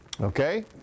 Okay